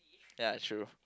ya true